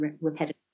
repetitive